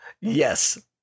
Yes